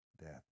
death